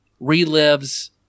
relives